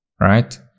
right